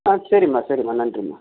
ஆ சரிம்மா சரிம்மா நன்றிம்மா